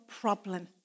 problem